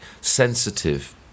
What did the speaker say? sensitive